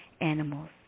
animals